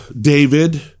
David